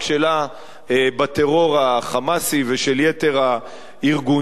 שלה בטרור של ה"חמאס" ושל יתר הארגונים,